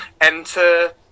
enter